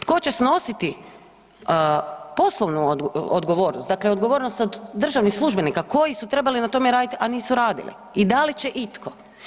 Tko će snositi poslovnu odgovornost, dakle odgovornost od državnih službenika koji su trebali na tome raditi, a nisu radili i da li će itko?